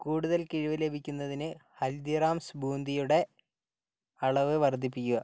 കൂടുതൽ കിഴിവ് ലഭിക്കുന്നതിന് ഹൽദിറാംസ് ബൂന്തിയുടെ അളവ് വർദ്ധിപ്പിക്കുക